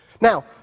Now